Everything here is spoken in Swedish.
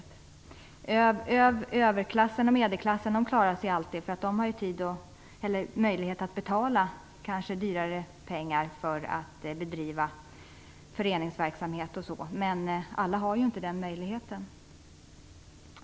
Överklassen och medelklassen klarar sig alltid, för de har möjlighet att betala mera för att bedriva föreningsverksamhet osv. Men alla har inte den möjligheten.